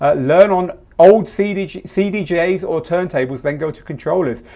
ah learn on old cdjs cdjs or turntables, then go to controllers.